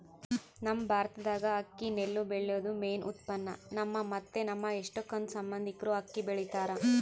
ನಮ್ ಭಾರತ್ದಾಗ ಅಕ್ಕಿ ನೆಲ್ಲು ಬೆಳ್ಯೇದು ಮೇನ್ ಉತ್ಪನ್ನ, ನಮ್ಮ ಮತ್ತೆ ನಮ್ ಎಷ್ಟಕೊಂದ್ ಸಂಬಂದಿಕ್ರು ಅಕ್ಕಿ ಬೆಳಿತಾರ